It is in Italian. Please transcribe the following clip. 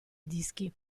dischi